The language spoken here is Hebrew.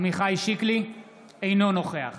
אינו נוכח